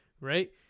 right